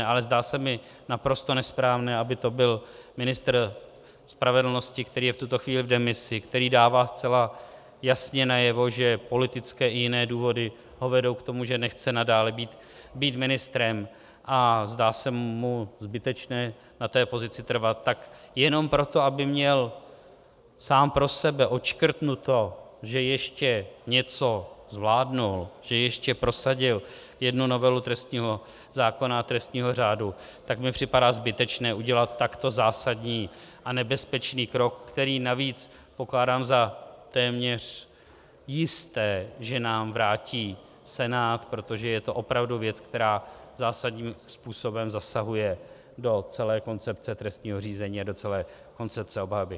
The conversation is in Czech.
Ale zdá se mi naprosto nesprávné, aby to byl ministr spravedlnosti, který je v tuto chvíli v demisi, který dává zcela jasně najevo, že politické i jiné důvody ho vedou k tomu, že nechce nadále být ministrem, a zdá se mu zbytečné na té pozici trvat, tak jenom proto, aby měl sám pro sebe odškrtnuto, že ještě něco zvládl, že ještě prosadil jednu novelu trestního zákona a trestního řádu, tak mi připadá zbytečné udělat takto zásadní a nebezpečný krok, který navíc pokládám za téměř jisté, že nám vrátí Senát, protože je to opravdu věc, která zásadním způsobem zasahuje do celé koncepce trestního řízení a do celé koncepce obhajoby.